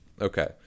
Okay